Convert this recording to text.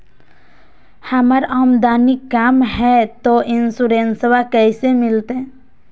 हमर आमदनी कम हय, तो इंसोरेंसबा कैसे मिलते?